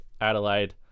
Adelaide